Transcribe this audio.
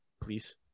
please